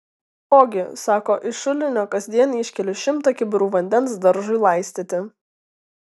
ogi sako iš šulinio kasdien iškeliu šimtą kibirų vandens daržui laistyti